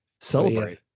Celebrate